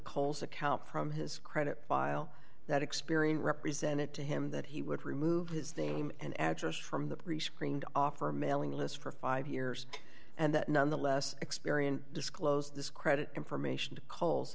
culls account from his credit file that experian represented to him that he would remove his name and address from the prescreened offer a mailing list for five years and that nonetheless experian disclosed this credit information to col